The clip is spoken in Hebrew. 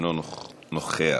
אינו נוכח.